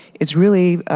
it's really